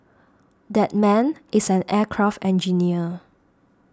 that man is an aircraft engineer